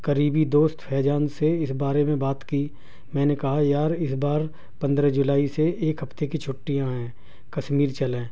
قریبی دوست فیضان سے اس بارے میں بات کی میں نے کہا یار اس بار پندرہ جولائی سے ایک ہفتے کی چھٹیاں ہیں کشمیر چلیں